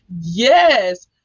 Yes